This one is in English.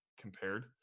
compared